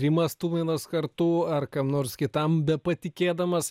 rimas tuminas kartu ar kam nors kitam bepatikėdamas